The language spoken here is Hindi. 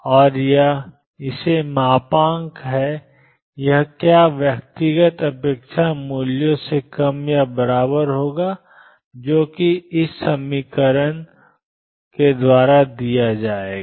यह और इसे मापांक है यह व्यक्तिगत अपेक्षा मूल्यों से कम या बराबर होगा जो कि ∫O1ψdx बार ∫O2ψdx है